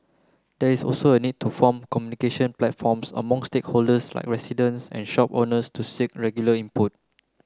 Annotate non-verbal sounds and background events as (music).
there is also a need to form communication platforms among (unintelligible) like residents and shop owners to seek regular input